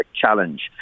challenge